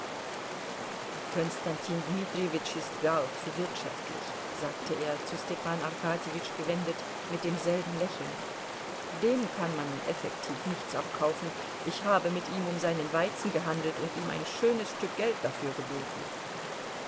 konstantin dmitrijewitsch ist gar zu wirtschaftlich sagte er zu stepan arkadjewitsch gewendet mit demselben lächeln dem kann man effektiv nichts abkaufen ich habe mit ihm um seinen weizen gehandelt und ihm ein schönes stück geld dafür geboten